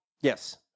Yes